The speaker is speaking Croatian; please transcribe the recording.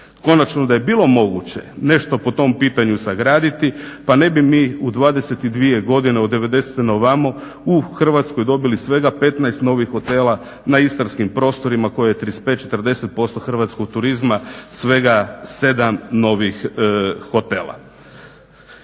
Konačno, da je bilo moguće nešto po tom pitanju sagraditi pa ne bi mi u 22 godine od '90-e na ovamo u Hrvatskoj dobili svega 15 novih hotela na istarskim prostorima koje je 35, 40% hrvatskog turizma, svega 7 novih hotela.